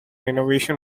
innovation